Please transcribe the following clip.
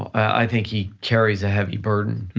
i think he carries a heavy burden